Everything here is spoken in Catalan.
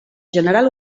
general